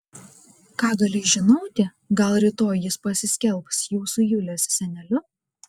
ką gali žinoti gal rytoj jis pasiskelbs jūsų julės seneliu